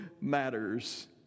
matters